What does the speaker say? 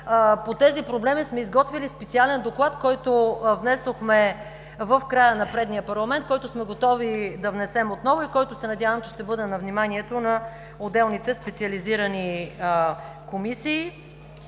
По тези проблеми сме изготвили специален доклад, който внесохме в края на предния парламент, който сме готови да внесем отново и който се надявам, че ще бъде на вниманието на отделните специализирани комисии.